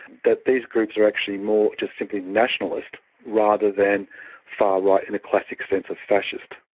that these groups are actually more just simply nationalist rather than far right in a classic sense of fascist.